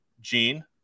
Gene